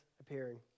appearing